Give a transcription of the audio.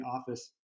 office